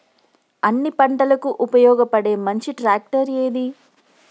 అన్ని పంటలకు ఉపయోగపడే మంచి ట్రాక్టర్ ఏది?